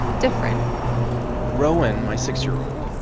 different rowan, my six year old,